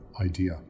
idea